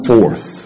Forth